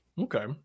Okay